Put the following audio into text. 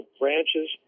branches